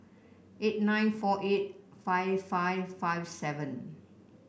eight nine four eight five five five seven